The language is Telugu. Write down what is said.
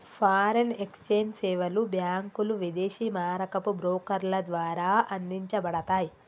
ఫారిన్ ఎక్స్ఛేంజ్ సేవలు బ్యాంకులు, విదేశీ మారకపు బ్రోకర్ల ద్వారా అందించబడతయ్